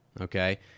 Okay